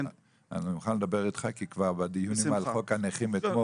אני מוכן לדבר איתך כי כבר בדיונים על חוק הנכים אתמול